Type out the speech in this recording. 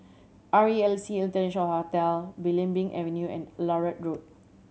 R E L C International Hotel Belimbing Avenue and Larut Road